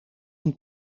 een